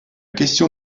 question